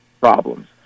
problems